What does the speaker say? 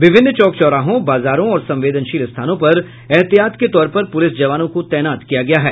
विभिन्न चौक चौराहों बाजारों और संवेदनशील स्थानों पर ऐहतियात के तौर पर पुलिस जवानों को तैनात किया गया है